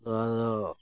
ᱱᱚᱣᱟ ᱫᱚ